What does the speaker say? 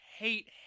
Hate